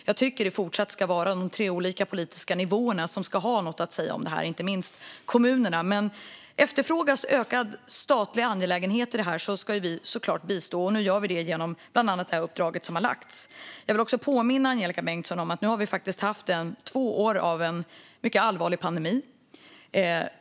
Jag tycker att det även fortsatt ska vara de tre olika politiska nivåerna som ska ha något att säga om detta, inte minst kommunerna. Men efterfrågas ökad statlig inblandning i detta ska vi såklart bistå, och nu gör vi det bland annat genom det uppdrag som givits. Jag vill också påminna Angelika Bengtsson om att vi faktiskt har haft två år med en mycket allvarlig pandemi.